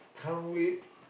can't wait